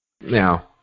Now